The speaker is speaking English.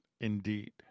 indeed